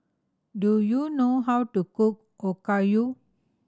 do you know how to cook Okayu